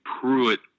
Pruitt